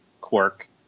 quirk –